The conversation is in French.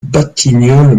batignolles